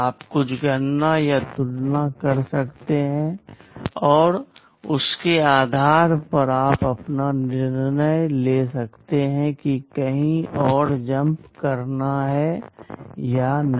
आप कुछ गणना या तुलना कर सकते हैं और उसके आधार पर आप अपना निर्णय ले सकते हैं कि कहीं और जम्प करना है या नहीं